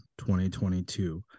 2022